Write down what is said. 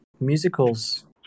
musicals